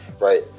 Right